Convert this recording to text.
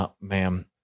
ma'am